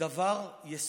דבר יסודי,